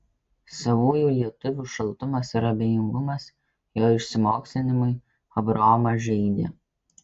savųjų lietuvių šaltumas ir abejingumas jo išsimokslinimui abraomą žeidė